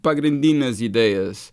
pagrindines idėjas